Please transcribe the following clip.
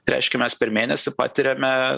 tai reiškia mes per mėnesį patiriame